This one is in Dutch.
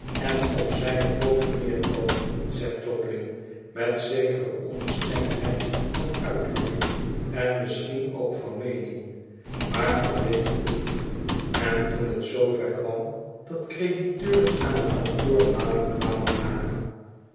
en op zijne pooten neerkomen zegt jobling met zekere onbestemdheid van uitdrukking en misschien ook van meening maar dat deed het niet en toen het zoover kwam dat crediteuren aan het kantoor maling kwamen maken